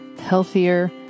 healthier